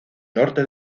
norte